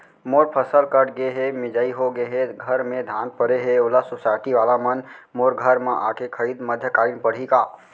मोर फसल कट गे हे, मिंजाई हो गे हे, घर में धान परे हे, ओला सुसायटी वाला मन मोर घर म आके खरीद मध्यकालीन पड़ही का?